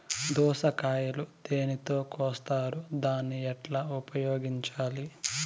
దోస కాయలు దేనితో కోస్తారు దాన్ని ఎట్లా ఉపయోగించాలి?